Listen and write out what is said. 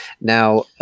Now